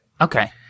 Okay